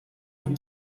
des